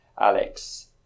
Alex